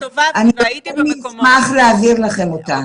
אני יותר מאשמח להעביר לכם אותן.